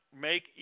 make